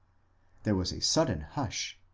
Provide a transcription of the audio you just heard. there was a sudden hush.